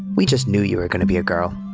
we just knew you were gonna be a girl.